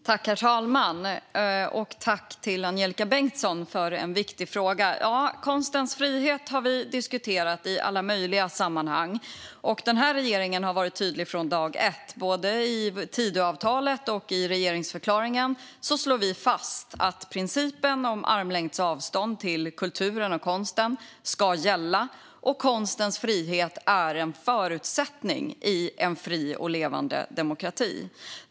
Herr talman! Jag tackar Angelika Bengtsson för en viktig fråga. Konstens frihet har vi diskuterat i alla möjliga sammanhang. Regeringen har varit tydlig från dag ett. Både i Tidöavtalet och i regeringsförklaringen slås fast att principen om armlängds avstånd till kulturen och konsten ska gälla och att konstens frihet är en förutsättning i en fri och levande demokrati.